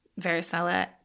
varicella